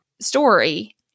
story